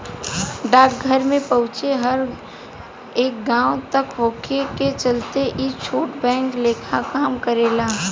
डाकघर के पहुंच हर एक गांव तक होखे के चलते ई छोट बैंक लेखा काम करेला